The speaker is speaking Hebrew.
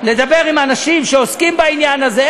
לדבר עם האנשים שעוסקים בעניין הזה.